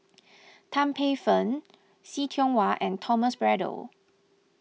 Tan Paey Fern See Tiong Wah and Thomas Braddell